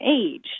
age